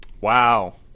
Wow